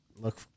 look